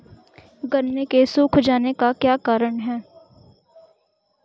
गन्ने के सूख जाने का क्या कारण है?